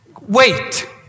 wait